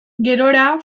gerora